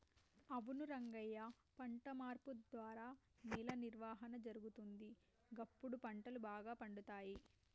అవును రంగయ్య పంట మార్పు ద్వారా నేల నిర్వహణ జరుగుతుంది, గప్పుడు పంటలు బాగా పండుతాయి